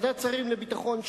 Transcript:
ועדת שרים לביטחון,